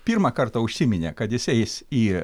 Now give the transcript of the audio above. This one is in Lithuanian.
pirmą kartą užsiminė kad jis eis į